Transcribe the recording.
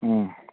ꯎꯝ